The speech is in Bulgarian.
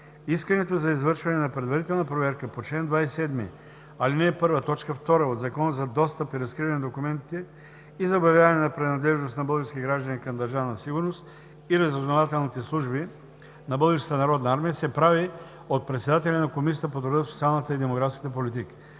Искането за извършване на предварителна проверка по чл. 27, ал. 1, т. 2 от Закона за достъп и разкриване на документите и за обявяване на принадлежност на български граждани към Държавна сигурност и разузнавателните служби на Българската народна армия се прави от председателя на Комисията по труда, социалната и демографската политика.